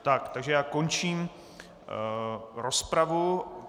Tak, takže končím rozpravu.